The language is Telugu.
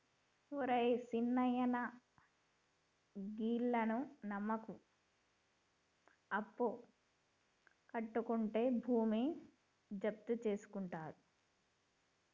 ఒరే సిన్నాయనా, గీళ్లను నమ్మకు, అప్పుకట్లకుంటే భూమి జప్తుజేసుకుంటరు